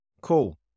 Cool